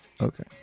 Okay